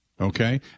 Okay